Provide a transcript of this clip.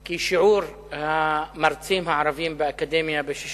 כי שיעור המרצים הערבים באקדמיה בשש